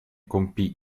compì